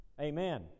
Amen